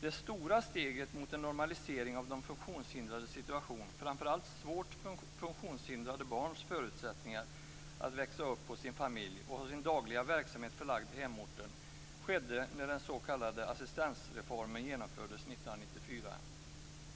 Det stora steget mot en normalisering av de funktionshindrades situation, framför allt svårt funktionshindrade barns förutsättningar att växa upp hos sin familj och ha sin dagliga verksamhet förlagd på hemorten, skedde när den s.k. assistansreformen genomfördes 1994.